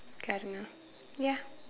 gardener ya